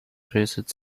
dressed